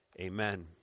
Amen